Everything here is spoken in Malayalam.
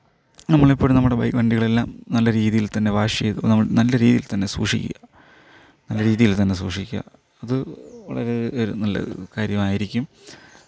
നമ്മൾ ഇപ്പോൾ നമ്മുടെ വണ്ടികളെല്ലാം നല്ല രീതിയിൽ തന്നെ വാഷ് ചെയ്ത് നല്ല രീതിയിൽ തന്നെ സൂക്ഷിക്കുക നല്ല രീതിയിൽ തന്നെ സൂക്ഷിക്കുക അത് വളരെ നല്ല കാര്യമായിരിക്കും